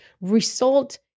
result